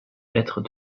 être